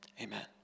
Amen